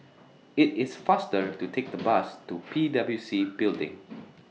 IT IS faster to Take The Bus to P W C Building